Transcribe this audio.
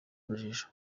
urujijo